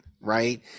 right